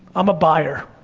i'm a buyer,